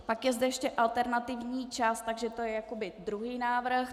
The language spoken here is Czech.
Pak je zde ještě alternativní čas, takže to je jakoby druhý návrh.